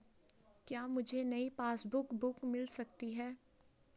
क्या मुझे नयी पासबुक बुक मिल सकती है?